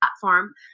platform